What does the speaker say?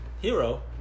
hero